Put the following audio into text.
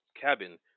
cabin